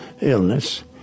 illness